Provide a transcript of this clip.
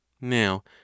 Now